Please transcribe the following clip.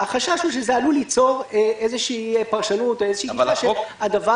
החשש הוא שזה עלול ליצור איזושהי פרשנות או תפיסה שהדבר